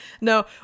No